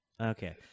Okay